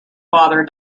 father